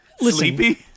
sleepy